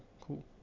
cool